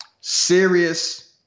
serious